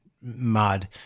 mud